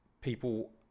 people